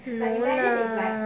no lah